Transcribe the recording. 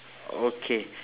okay